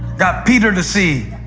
got peter to see,